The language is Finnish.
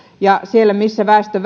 ja siellä missä väestö